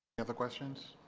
other questions?